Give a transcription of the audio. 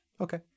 Okay